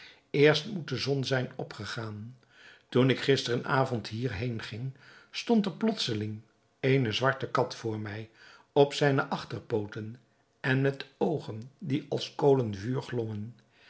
eerst moet de zon zijn opgegaan toen ik gisteren avond hier heen ging stond er plotseling eene zwarte kat voor mij op zijne achterpooten en met oogen die als kolen